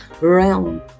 realm